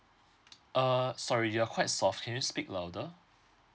uh sorry you are quite soft can you speak louder